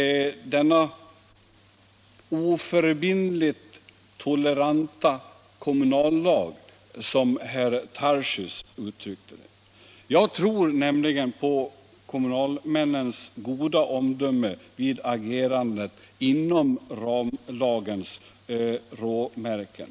”Denna oförbindligt toleranta kommunallag”, sade herr Tarschys. Men jag tror på kommunalmännens goda omdöme vid agerande inom lagens råmärken.